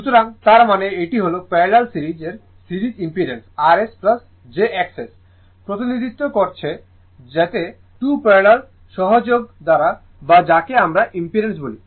সুতরাং তার মানে এটি হল প্যারালাল সিরিজ এক সিরিজ ইম্পিডেন্স rs jXS প্রতিনিধিত্ব করা যেতে পারে 2 প্যারালাল সংযোগ দ্বারা বা যাকে আমরা ইম্পিডেন্স বলি